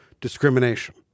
discrimination